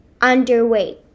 underweight